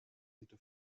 into